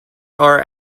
are